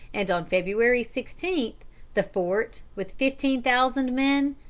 and on february sixteen the fort, with fifteen thousand men,